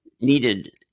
needed